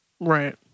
Right